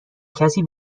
کسی